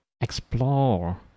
explore